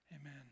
Amen